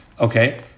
Okay